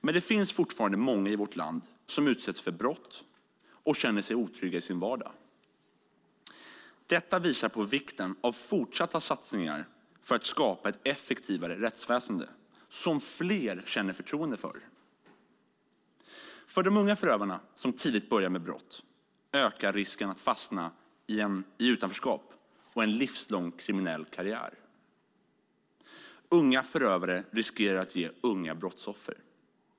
Men det finns fortfarande många i vårt land som utsätts för brott och känner sig otrygga i sin vardag. Detta visar på vikten av fortsatta satsningar för att skapa ett effektivare rättsväsen som fler känner förtroende för. För de unga förövarna som tidigt börjar med brott ökar risken att fastna i utanförskap och en livslång kriminell karriär. Unga förövare riskerar att ge unga brottsoffer.